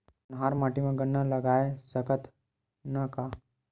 कन्हार माटी म गन्ना लगय सकथ न का?